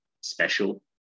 special